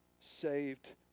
saved